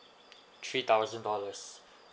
three thousand dollars